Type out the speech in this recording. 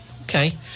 Okay